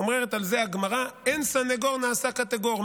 אומרת על זה הגמרא: "אין סנגור נעשה קטגור".